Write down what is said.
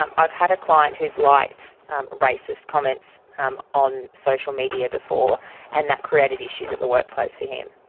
um i have had a client who has liked racist comments um on social media before and that created issues at the workplace for him.